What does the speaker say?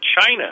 China